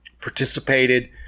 participated